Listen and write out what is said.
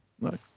No